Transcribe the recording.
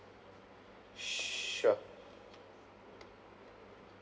sure